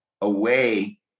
away